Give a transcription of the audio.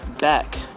back